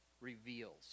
reveals